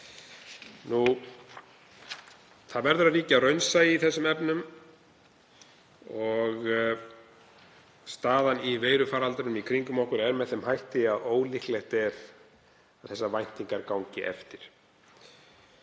Raunsæi verður að ríkja í þeim efnum. Staðan í veirufaraldrinum í kringum okkur er með þeim hætti að ólíklegt er að þær væntingar gangi eftir.